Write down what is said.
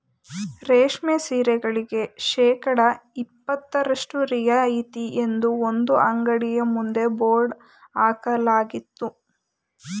ರೇಷ್ಮೆ ಸೀರೆಗಳಿಗೆ ಶೇಕಡಾ ಇಪತ್ತರಷ್ಟು ರಿಯಾಯಿತಿ ಎಂದು ಒಂದು ಅಂಗಡಿಯ ಮುಂದೆ ಬೋರ್ಡ್ ಹಾಕಲಾಗಿತ್ತು